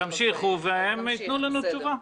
תמשיכו והם ייתנו לנו תשובה.